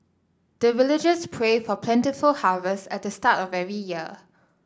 the villagers pray for plentiful harvest at the start of every year